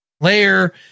layer